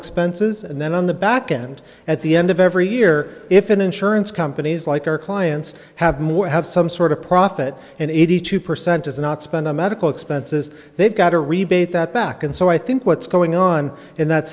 expenses and then on the back end at the end of every year if an insurance companies like our clients have more have some sort of profit and eighty two percent is not spend on medical expenses they've got a rebate that back and so i think what's going on in that